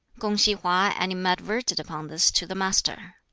kung-si hwa animadverted upon this to the master.